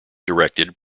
directed